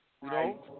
Right